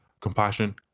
compassion